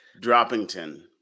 Droppington